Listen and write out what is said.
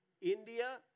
India